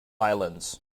islands